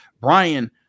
Brian